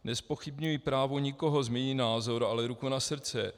Nezpochybňuji právo nikoho změnit názor, ale ruku na srdce.